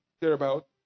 thereabout